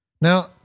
Now